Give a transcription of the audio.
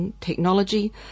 technology